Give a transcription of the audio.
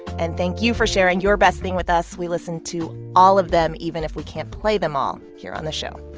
and thank you for sharing your best thing with us. we listen to all of them even if we can't play them all here on the show.